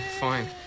fine